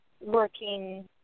working